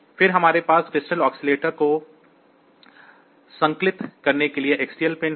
फिर हमारे पास क्रिस्टल एक्सीलेटर को संकलित करने के लिए XTAL पिन हैं